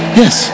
yes